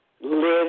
Live